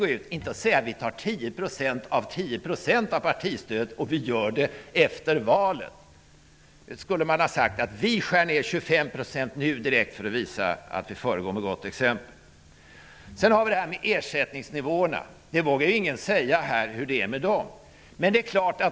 Det är ingen mening med att säga att vi tar 10 % av 10 % av partistödet och att vi gör det efter valet. I stället skulle man ha sagt att vi skär ned 25 % direkt för att visa att vi föregår med gott exempel. Det finns ingen här som vågar säga hur det är med ersättningsnivåerna.